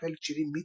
פלפל צ'ילי,